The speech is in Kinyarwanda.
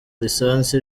lisansi